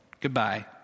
Goodbye